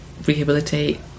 rehabilitate